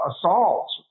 assaults